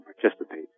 participate